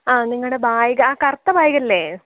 ആ നിങ്ങളുടെ ബെഗ് ആ കറുത്ത ബാഗ് അല്ലേ